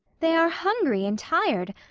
they are hungry and tired.